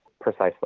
Precisely